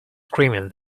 screaming